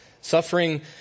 Suffering